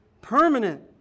permanent